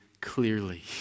clearly